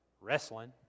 wrestling